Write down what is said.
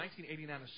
1989